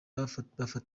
ifoto